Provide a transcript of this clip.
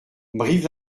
brive